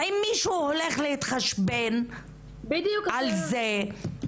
האם מישהו הולך להתחשבן על זה?